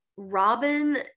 Robin